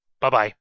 Bye-bye